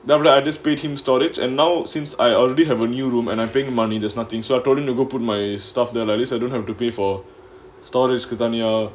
then after that I just paid him storage and now since I already have a new room and I think money there's nothing so I told him to go put my stuff then at least I don't have to pay for storage தனியா:thaniyaa